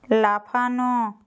লাফানো